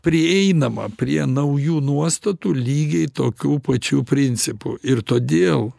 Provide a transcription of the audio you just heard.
prieinama prie naujų nuostatų lygiai tokiu pačiu principu ir todėl